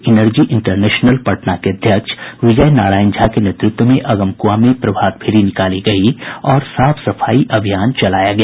energy international Patna के अध्यक्ष विजय नारायण झा के नेतृत्व में अगमकुआं में प्रभातफेरी निकाली गयी और साफ सफाई अभियान चलाया गया